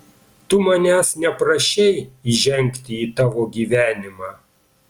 tu manęs neprašei įžengti į tavo gyvenimą